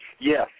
yes